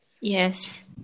Yes